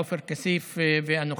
עופר כסיף ואנוכי,